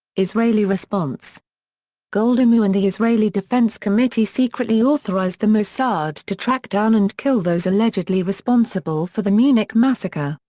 israeli response golda meir and the israeli defense committee secretly authorized the mossad to track down and kill those allegedly responsible for the munich massacre,